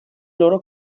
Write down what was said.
loro